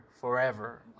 forever